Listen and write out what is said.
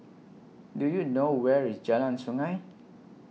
Do YOU know Where IS Jalan Sungei